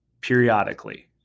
periodically